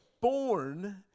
born